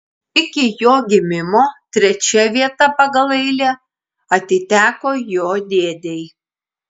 iki jo gimimo trečia vieta pagal eilę atiteko jo dėdei